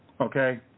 okay